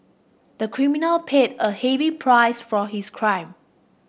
the criminal paid a heavy price for his crime